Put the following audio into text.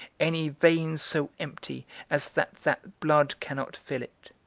any vein so empty as that that blood cannot fill it?